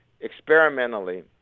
experimentally